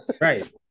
Right